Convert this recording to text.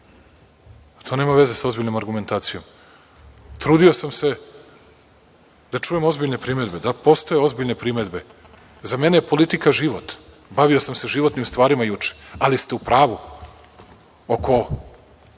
To nema veze sa ozbiljnom argumentacijom. Trudio sam se da čujem ozbiljne primedbe, da postoje ozbiljne primedbe. Za mene me politika život. Bavio sam se životnim stvarima juče, ali ste u pravu oko